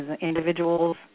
individuals